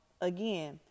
again